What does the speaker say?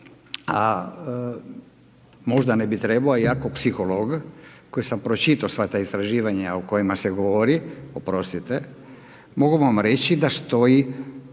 a možda ne bi trebao a ja kao psiholog koji sam pročitao sva ta istraživanja o kojima se govori, oprostite, mogu vam reći da stoji